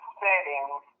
settings